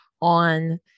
on